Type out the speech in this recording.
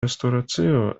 restoracio